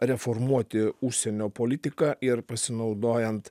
reformuoti užsienio politiką ir pasinaudojant